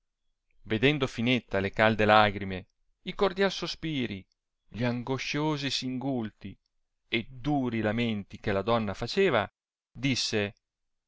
vedendo finetta le calde lagrime i cordial sospiri gli angosciosi singulti e duri lamenti che la donna faceva disse